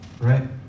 right